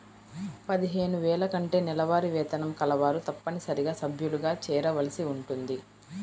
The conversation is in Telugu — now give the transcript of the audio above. పదిహేను వేల కంటే నెలవారీ వేతనం కలవారు తప్పనిసరిగా సభ్యులుగా చేరవలసి ఉంటుంది